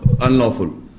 unlawful